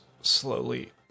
slowly